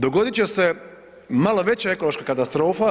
Dogodit će se malo veća ekološka katastrofa.